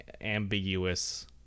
ambiguous